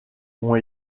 ont